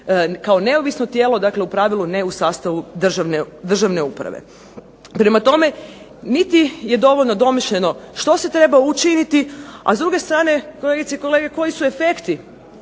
kao neovisno tijelo, dakle u pravilu ne u sastavu državne uprave. Prema tome, niti je dovoljno domišljeno što se treba učiniti, a s druge strane kolegice i kolege koji su efekti